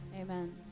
Amen